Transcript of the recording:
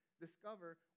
discover